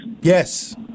Yes